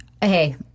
Hey